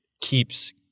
keeps